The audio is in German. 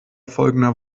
folgender